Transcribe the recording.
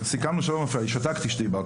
סיכמנו שאתה לא מפריע לי, שתקתי שדיברת.